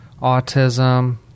autism